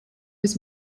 his